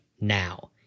now